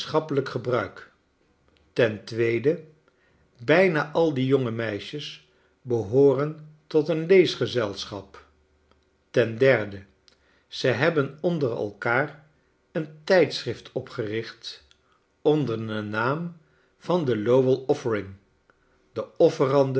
gemeenschappelijk gebruik ten tweede bijna al die jonge meisjes behooren tot een leesgezelschap ten derde ze hebben onder elkaar een tijdschrift opgericht onder den naam van the lowell offering de